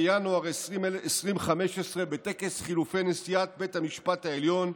בינואר 2015 בטקס חילופי נשיאת בית המשפט העליון,